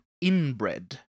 inbred